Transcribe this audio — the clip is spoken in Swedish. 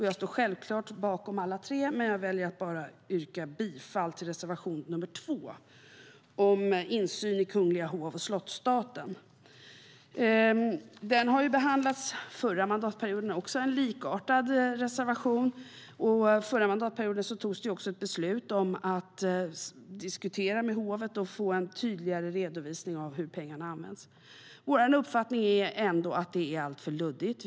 Jag står självklart bakom alla tre, men jag väljer att yrka bifall bara till reservation nr 2 om insyn i kungliga hov och slottsstaten. En likartad reservation behandlades förra mandatperioden, och då togs det ett beslut om att diskutera med hovet om att få en tydligare redovisning av hur pengarna används. Vår uppfattning är att det är alltför luddigt.